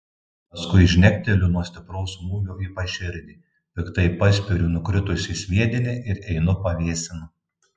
paskui žnekteliu nuo stipraus smūgio į paširdį piktai paspiriu nukritusį sviedinį ir einu pavėsin